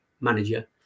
manager